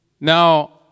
Now